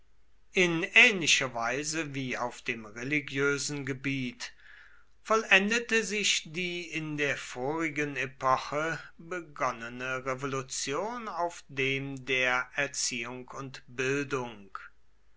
in ähnlicher weise wie auf dem religiösen gebiet vollendete sich die in der vorigen epoche begonnene revolution auf dem der erziehung und bildung